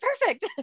perfect